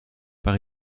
par